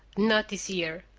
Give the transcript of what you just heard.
not this year.